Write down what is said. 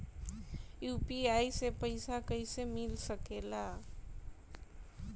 UPI से पइसा कईसे मिल सके ला?